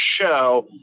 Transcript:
show